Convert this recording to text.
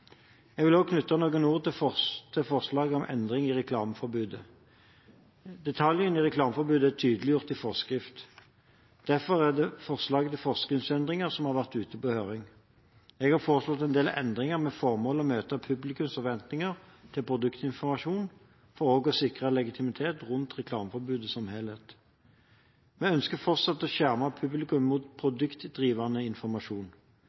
Jeg vil også knytte noen ord til forslaget om endring i reklameforbudet. Detaljene i reklameforbudet er tydeliggjort i forskrift. Derfor er det forslaget til forskriftsendringer som har vært ute på høring. Jeg har foreslått en del endringer med formål å møte publikums forventninger til produktinformasjon for også å sikre legitimitet rundt reklameforbudet som helhet. Vi ønsker fortsatt å skjerme publikum mot produktdrivende informasjon.